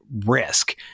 risk